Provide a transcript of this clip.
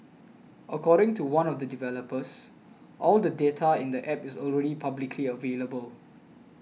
according to one of the developers all the data in the app is already publicly available